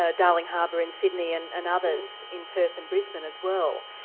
ah darling harbour in sydney and and others in perth and brisbane as well.